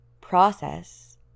process